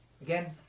Again